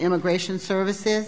immigration services